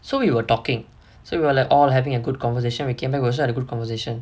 so we were talking so we were like all having a good conversation we came back we also had a good conversation